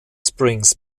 springs